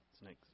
snakes